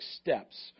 steps